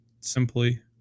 simply